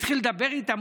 התחיל לדבר איתם,